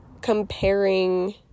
comparing